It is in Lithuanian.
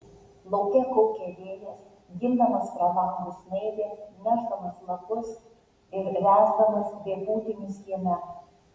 lauke kaukė vėjas gindamas pro langus snaiges nešdamas lapus ir ręsdamas vėpūtinius kieme